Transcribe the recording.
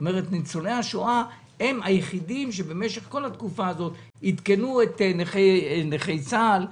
עדכנו את הקצבה של נכי צה"ל,